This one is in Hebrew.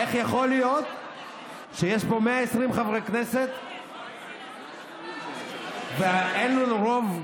איך יכול להיות שיש פה 120 חברי כנסת ואין לנו רוב,